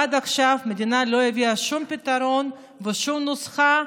עד עכשיו המדינה לא הביאה שום פתרון ושום נוסחה.